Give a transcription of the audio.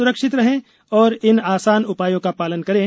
सुरक्षित रहें और इन आसान उ ायों का शालन करें